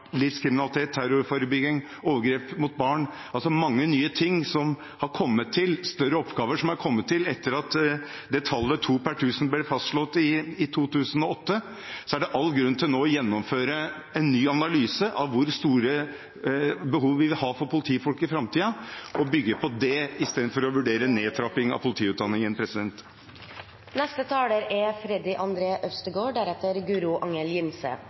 overgrep mot barn, altså at politiet har fått mange nye og større oppgaver som har kommet til siden to polititjenestemenn per 1000 innbyggere ble fastslått i 2008, så er det all grunn til nå å gjennomføre en ny analyse av hvor stort behov vi vil ha for politifolk i framtiden, og bygge på det istedenfor å vurdere en nedtrapping av politiutdanningen.